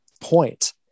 point